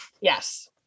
yes